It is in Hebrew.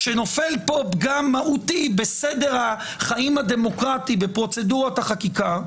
כשנופל פה פגם מהותי בסדר החיים הדמוקרטי בפרוצדורת החקיקה.